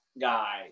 guy